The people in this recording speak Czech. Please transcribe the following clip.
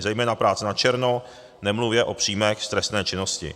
Zejména práce načerno, nemluvě o příjmech z trestné činnosti.